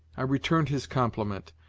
i returned his compliment,